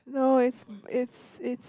no it's it's it's